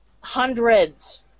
hundreds